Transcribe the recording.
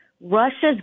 Russia's